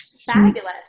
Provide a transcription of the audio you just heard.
Fabulous